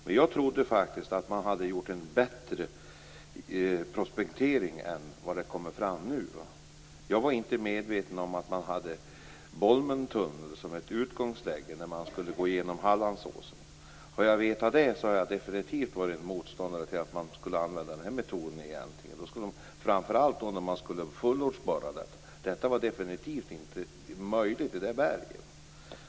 Men jag trodde faktiskt att man hade gjort en bättre prospektering än vad det nu har framkommit att man har gjort. Jag var inte medveten om att man hade Bolmentunneln som utgångsläge när man skulle gå igenom Hallandsåsen. Hade jag vetat det hade jag definitivt varit motståndare till att man skulle använda den metoden, framför allt när man skulle fullortsborra. Det var definitivt inte möjligt i det berget.